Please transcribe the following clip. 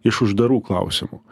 iš uždarų klausimų